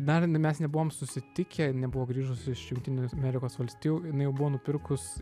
dar mes nebuvom susitikę ji nebuvo grįžus iš jungtinių amerikos valstijų jinai jau buvo nupirkus